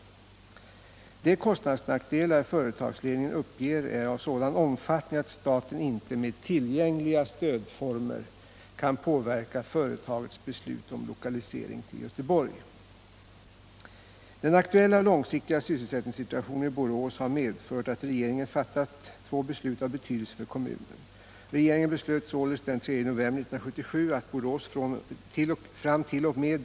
De kostnadsnackdelar företagsledningen uppger är av en sådan omfattning att staten inte med tillgängliga stödformer kan påverka företagets beslut om lokalisering till Göteborg.